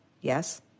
Yes